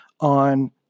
on